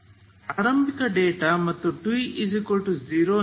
ಆರಂಭಿಕ ಡೇಟಾ ಮತ್ತು t0 ನಲ್ಲಿ ನೀಡುತ್ತಿರುವ ಆರಂಭಿಕ ಡೇಟಾ